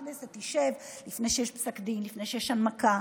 הכנסת תשב לפני שיש פסק דין, לפני שיש הנמקה,